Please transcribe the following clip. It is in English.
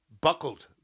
buckled